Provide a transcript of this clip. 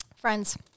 Friends